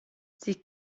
sie